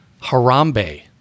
Harambe